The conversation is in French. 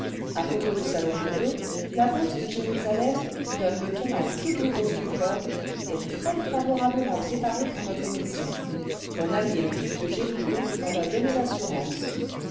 a propos de salomon ii la bourse de jérusalem qui donne le ton à toutes les bourses dit globe est très favorablement préparée pour notre émission mon ami le duc de jéricho m'en a donné l'assurance